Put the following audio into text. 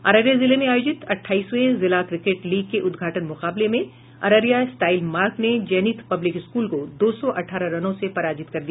अररिया जिले में आयोजित अट्टाईसवें जिला क्रिकेट लीग के उद्घाटन मुकाबले में अररिया स्टाइल मार्क ने जेनीथ पब्लिक स्कूल को दो सौ अठहतर रनों से पराजित कर दिया